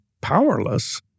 powerless